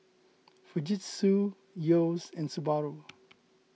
Fujitsu Yeo's and Subaru